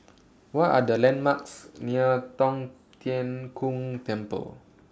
What Are The landmarks near Tong Tien Kung Temple